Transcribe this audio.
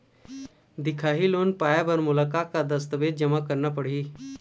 दिखाही लोन पाए बर मोला का का दस्तावेज जमा करना पड़ही?